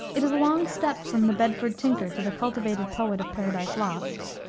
it is a long step from the bedford tinker to the cultivated poet of paradise lost.